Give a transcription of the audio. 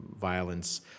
violence